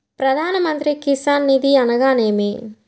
ప్రధాన మంత్రి కిసాన్ నిధి అనగా నేమి?